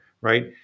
right